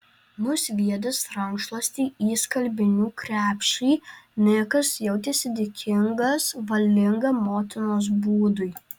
nusviedęs rankšluostį į skalbinių krepšį nikas jautėsi dėkingas valingam motinos būdui